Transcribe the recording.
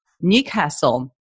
Newcastle